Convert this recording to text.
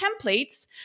templates